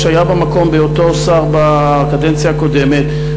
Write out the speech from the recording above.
היה במקום בהיותו שר בקדנציה הקודמת,